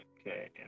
Okay